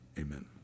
amen